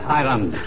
island